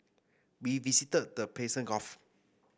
we visited the Persian Gulf